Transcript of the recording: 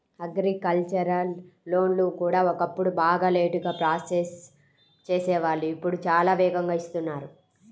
agricultural లోన్లు కూడా ఒకప్పుడు బాగా లేటుగా ప్రాసెస్ చేసేవాళ్ళు ఇప్పుడు చాలా వేగంగా ఇస్తున్నారు